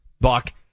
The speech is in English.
Buck